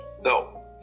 no